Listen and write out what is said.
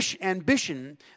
ambition